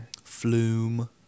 Flume